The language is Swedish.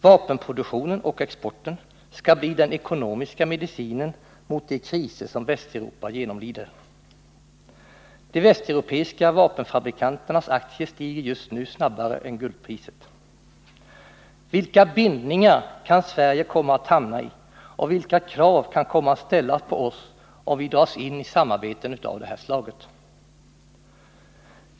Vapenproduktionen och exporten skall bli den ekonomiska medicinen mot de kriser som Västeuropa genomlider. De västeuropeiska vapenfabrikanternas aktier stiger just nu snabbare än guldpriset. Vilka bindningar kan Sverige komma att hamna i och vilka krav kan komma att ställas på oss om vi dras in i samarbeten av det här slaget?